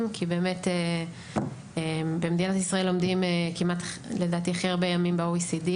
כי במדינת ישראל לומדים לדעתי הכי הרבה ימים ב-OECD,